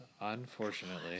Unfortunately